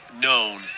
known